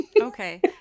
Okay